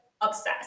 obsessed